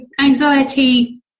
anxiety